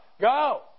go